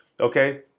okay